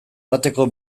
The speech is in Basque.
bateko